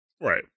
right